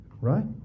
Right